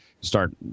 start